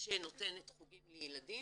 שנותנת חוגים לילדים,